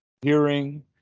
hearing